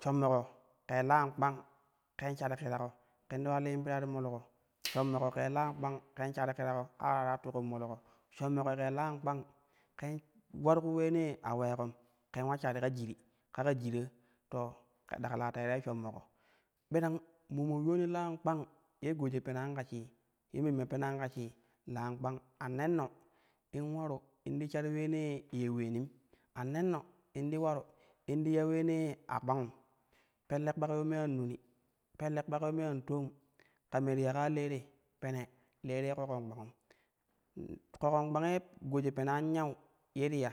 Shommo ko ke lan kpang ken shur kira ko ken ti ula lin pira ti molbo, shommo ko ke lan kpang ken shar kirako ka ke ta ulara tukin molko, shommo ke lau kpang ken ular ku uleenee a uleekom kem ula shari ka jiri, ka ke jira to ke dakla teerei shommoko birang mamo yuulani lan kpang ye goji peunau ka shii ye memme penan ka shii lan kpang a nenno in ularu in ti shar uleenee ye uleenim a nenno bu ti ularu in ti ya uleenee a kpangum pelle kpayyo me an noni, pelle kpayyo me an toom ka me ti ya kaa le te pene le te ƙoƙon kpangum, ƙoƙan kpang ye goji pena yau ye ti ya